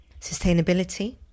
Sustainability